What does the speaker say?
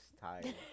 tired